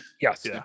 Yes